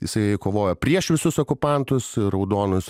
jisai kovojo prieš visus okupantus raudonus